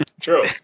True